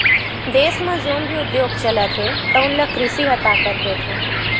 देस म जउन भी उद्योग चलत हे तउन ल कृषि ह ताकत देथे